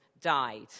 died